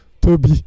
Toby